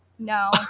no